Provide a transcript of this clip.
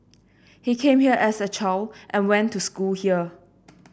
he came here as a child and went to school here